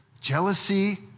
jealousy